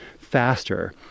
faster